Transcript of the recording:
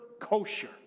kosher